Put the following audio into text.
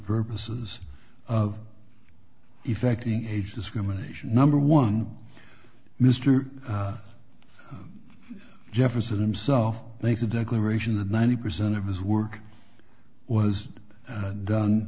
purposes of effecting age discrimination number one mister jefferson himself make a declaration that ninety percent of his work was done